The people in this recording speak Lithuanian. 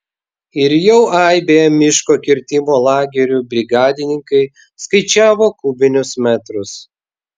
ir jau aibėje miško kirtimo lagerių brigadininkai skaičiavo kubinius metrus